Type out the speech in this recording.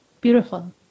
beautiful